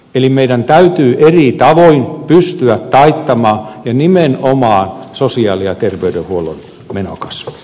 eli meidän täytyy eri tavoin pystyä taittamaan nimenomaan sosiaali ja terveydenhuollon menokasvu